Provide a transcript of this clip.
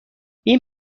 این